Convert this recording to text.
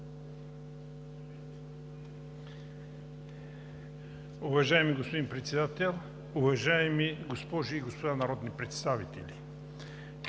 Уважаеми господин Председател, уважаеми госпожи и господа народни представители!